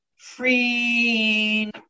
free